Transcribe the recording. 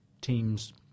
teams